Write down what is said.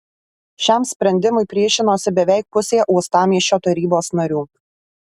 šiam sprendimui priešinosi beveik pusė uostamiesčio tarybos narių